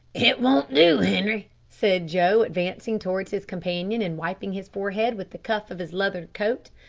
it won't do, henri, said joe, advancing towards his companion, and wiping his forehead with the cuff of his leathern coat.